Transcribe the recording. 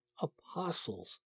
Apostles